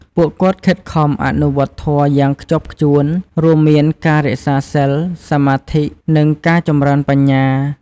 ពួកគាត់ខិតខំ អនុវត្តធម៌ យ៉ាងខ្ជាប់ខ្ជួន រួមមានការរក្សាសីល សមាធិ និងការចម្រើនបញ្ញា។